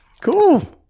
cool